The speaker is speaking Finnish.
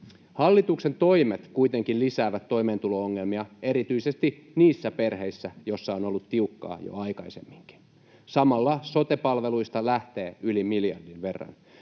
Hallituksen toimet kuitenkin lisäävät toimeentulo-ongelmia erityisesti niissä perheissä, joissa on ollut tiukkaa jo aikaisemminkin. Samalla sote-palveluista lähtee yli miljardin verran.